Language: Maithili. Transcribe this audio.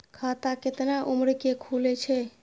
खाता केतना उम्र के खुले छै?